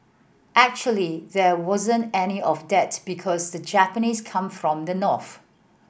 actually there wasn't any of that because the Japanese came from the north